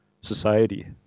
society